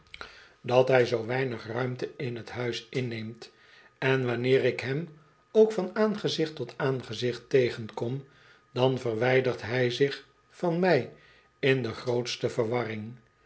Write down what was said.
handel drupt zoo weinig ruimte in t huis inneemt en wanneer ik hem ook van aangezicht tot aangezicht tegenkom dan verwijdert hij zich van mij in de grootste verwarring